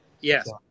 Yes